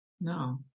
No